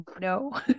no